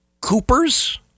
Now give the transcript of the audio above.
Coopers